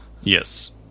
Yes